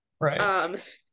Right